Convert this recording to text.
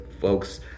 folks